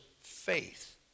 faith